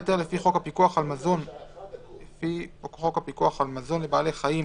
היתר לפי חוק הפיקוח על מזון לבעלי חיים,